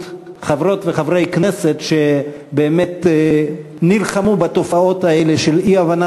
חברות וחברי כנסת שבאמת נלחמו בתופעות האלה של אי-הבנה